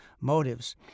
motives